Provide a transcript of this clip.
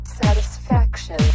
satisfaction